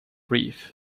reef